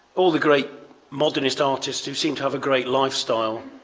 all the great modernist artists who seemed to have a great lifestyle